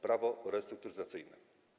Prawo restrukturyzacyjne.